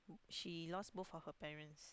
she lost both of her parents